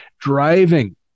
Driving